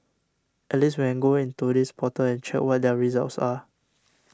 at least we can go in to this portal and check what their results are